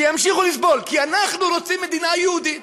שימשיכו לסבול, כי אנחנו רוצים מדינה יהודית.